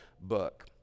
book